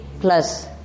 plus